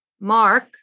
Mark